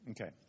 Okay